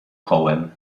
kołem